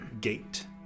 gate